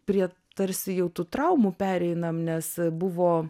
prie tarsi jau tų traumų pereinam nes buvo